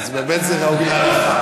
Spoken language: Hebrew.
אז זה באמת ראוי להערכה.